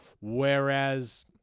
Whereas